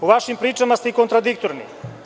Po vašim pričama ste i kontradiktorni.